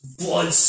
blood